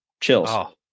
Chills